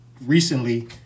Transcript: recently